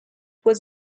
was